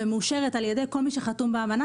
ומאושרת על ידי כל מי שחתום על האמנה,